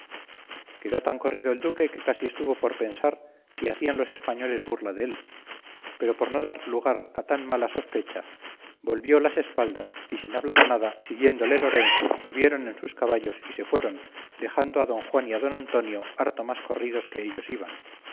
quedó tan corrido el duque que casi estuvo por pensar si hacían los españoles burla dél pero por no dar lugar a tan mala sospecha volvió las espaldas y sin hablar palabra siguiéndole lorenzo subieron en sus caballos y se fueron dejando a don juan y a don antonio harto más corridos que ellos iban